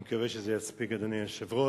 אני מקווה שזה יספיק, אדוני היושב-ראש.